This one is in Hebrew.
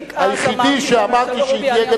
היחידי שאמר שהיא תהיה גדר פוליטית,